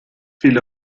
viel